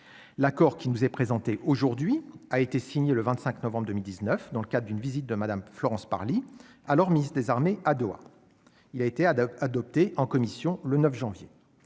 l'accord qui nous est présenté aujourd'hui, a été signé le 25 novembre 2019 dans le cadre d'une visite de Madame Florence Parly, alors ministre des armées, à Doha, il a été à adopté en commission le 9 janvier,